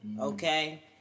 Okay